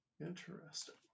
Interesting